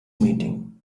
meeting